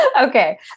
Okay